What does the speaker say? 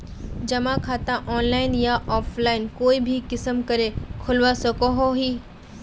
जमा खाता ऑनलाइन या ऑफलाइन कोई भी किसम करे खोलवा सकोहो ही?